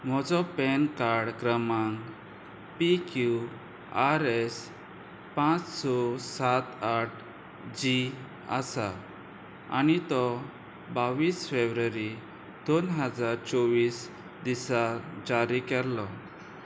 म्होजो PAN card क्रमांक P Q R S पांच स सात आठ जी आसा आनी तो बावीस फेब्रुवारी दोन हजार चोवीस दिसा जारी केल्लो